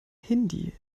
hindi